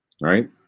right